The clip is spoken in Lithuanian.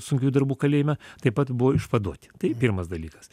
sunkiųjų darbų kalėjime taip pat buvo išvaduoti tai pirmas dalykas